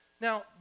Now